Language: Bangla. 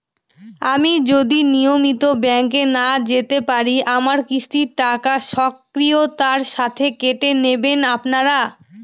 আমি যদি নিয়মিত ব্যংকে না যেতে পারি আমার কিস্তির টাকা স্বকীয়তার সাথে কেটে নেবেন আপনারা?